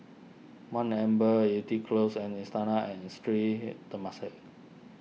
one Amber Yew Tee Close and Istana and Sri Temasek